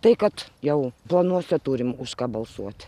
tai kad jau planuose turim už ką balsuoti